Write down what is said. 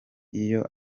iyo